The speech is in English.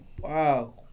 Wow